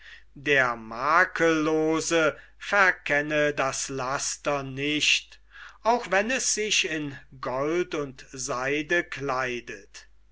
der makellose verkenne das laster nicht auch wenn es sich in gold und seide kleidet